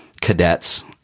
cadets